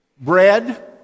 Bread